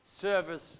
service